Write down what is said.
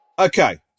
Okay